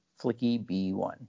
FlickyB1